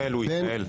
הוא התנהל.